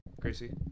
Gracie